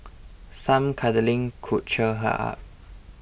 some cuddling could cheer her up